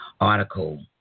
article